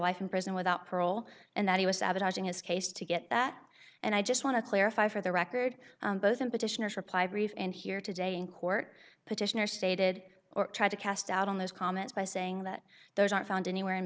life in prison without parole and that he was sabotaging his case to get that and i just want to clarify for the record both impetus reply brief and here today in court petitioner stated or tried to cast doubt on those comments by saying that those aren't found anywhere